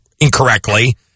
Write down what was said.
incorrectly